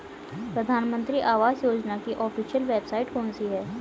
प्रधानमंत्री आवास योजना की ऑफिशियल वेबसाइट कौन सी है?